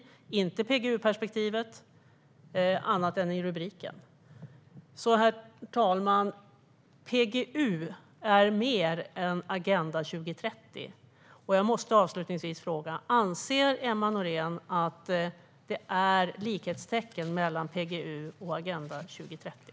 Det finns inte något PGU-perspektiv annat än i rubriken. Men PGU är mer än Agenda 2030, herr talman. Jag måste avslutningsvis fråga: Anser Emma Nohrén att det är likhetstecken mellan PGU och Agenda 2030?